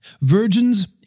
virgins